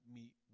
meet